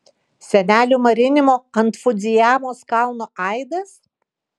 senelių marinimo ant fudzijamos kalno aidas